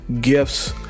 gifts